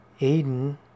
Aiden